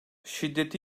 şiddeti